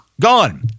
gone